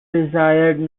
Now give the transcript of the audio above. desired